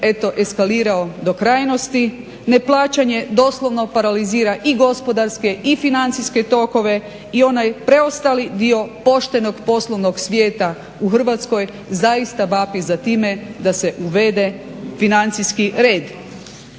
eto eskalirao do krajnosti, neplaćanje doslovno paralizira i gospodarske i financijske tokove i onaj preostali dio poštenog poslovnog svijeta u Hrvatskoj zaista vapi za time da se uvede financijski red.